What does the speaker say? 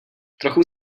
trochu